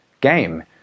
game